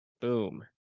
boom